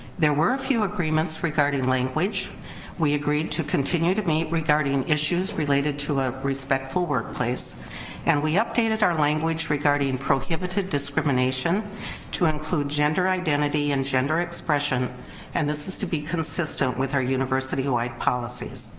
there were a few agreements regarding language we agreed to continue to meet regarding issues related to a respectful workplace and we updated our language regarding and prohibited discrimination to include gender identity and gender expression and this is to be consistent with our university-wide policies